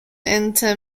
into